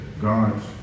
God's